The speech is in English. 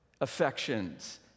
affections